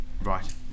Right